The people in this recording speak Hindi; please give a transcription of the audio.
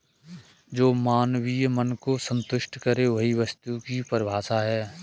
जो मानवीय मन को सन्तुष्ट करे वही वस्तु की परिभाषा है